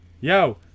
Yo